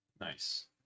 Nice